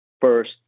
first